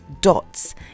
Dots